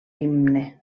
himne